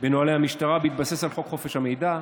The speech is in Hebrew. בנוהלי המשטרה, בהתבסס על חוק חופש המידע.